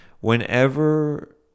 whenever